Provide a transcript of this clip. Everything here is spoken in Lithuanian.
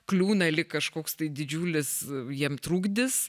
kliūna lyg kažkoks tai didžiulis jam trukdis